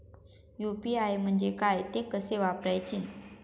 UPI म्हणजे काय, ते कसे वापरायचे?